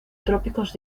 trópicos